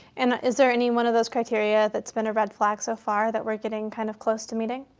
and is there any one of those criteria that's been a red flag so far, that we're getting kind of close to meeting?